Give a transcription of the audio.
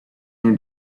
near